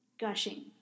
gushing